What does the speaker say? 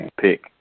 pick